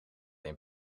een